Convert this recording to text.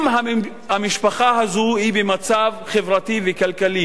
אם המשפחה הזאת היא במצב חברתי וכלכלי